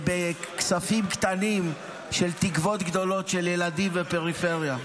בכספים קטנים של תקוות גדולות של ילדים בפריפריה.